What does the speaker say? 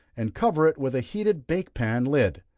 and cover it with a heated bake pan lid.